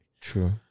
True